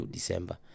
December